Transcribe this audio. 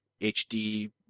HD